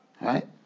Right